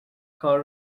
کار